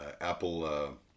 apple